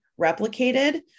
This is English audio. replicated